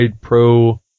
Pro